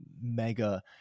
mega